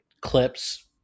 clips